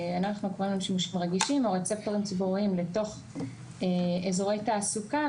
רגישים או רצפטורים ציבוריים לתוך איזורי תעסוקה,